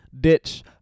Ditch